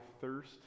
thirst